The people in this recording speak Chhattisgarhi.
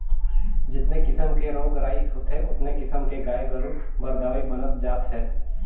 जेतने किसम के रोग राई होथे ओतने किसम के गाय गोरु बर दवई बनत जात हे